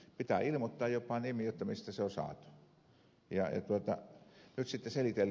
piti ilmoittaa jopa nimi mistä se on saatu